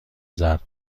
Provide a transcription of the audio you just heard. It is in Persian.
زرد